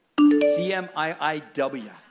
c-m-i-i-w